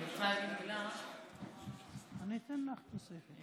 אני רוצה להגיד מילה, אני אתן לך תוספת.